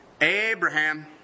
Abraham